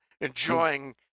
enjoying